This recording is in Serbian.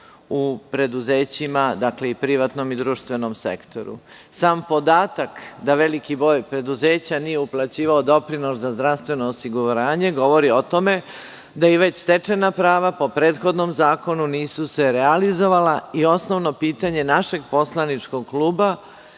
u preduzećima i u privatnom i društvenom sektoru. Sam podatak da veliki broj preduzeća nije uplaćivao doprinose zdravstveno osiguranje govori o tome da se i već stečena prava po prethodnom zakonu nisu realizovala. Osnovno pitanje našeg poslaničkog kluba